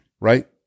Right